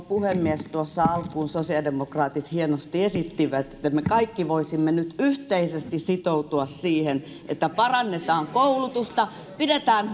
puhemies tuossa alkuun sosiaalidemokraatit hienosti esittivät että me kaikki voisimme nyt yhteisesti sitoutua siihen että parannetaan koulutusta ja pidetään